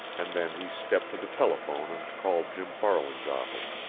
and then he stepped to the telephone and called jim farland's office.